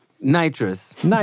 Nitrous